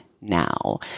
now